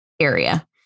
area